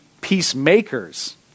peacemakers